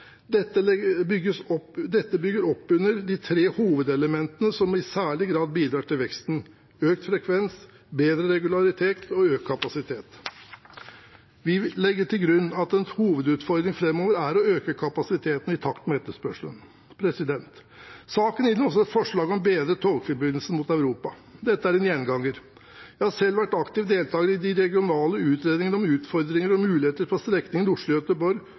Dette bygger opp under de tre hovedelementene som i særlig grad bidrar til veksten: økt frekvens, bedre regularitet og økt kapasitet. Vi legger til grunn at en hovedutfordring framover er å øke kapasiteten i takt med etterspørselen. Saken inneholder også forslag om bedre togforbindelser mot Europa. Dette er en gjenganger. Jeg har selv vært aktiv deltager i de regionale utredningene om utfordringer og muligheter på strekningen Oslo–Stockholm og Oslo–Gøtebørg–København i